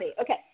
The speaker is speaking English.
Okay